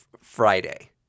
Friday